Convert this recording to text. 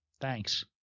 Thanks